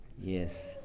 yes